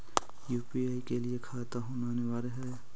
UPI के लिए खाता होना अनिवार्य है?